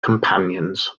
companions